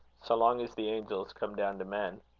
so long as the angels come down to men.